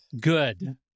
good